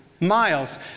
miles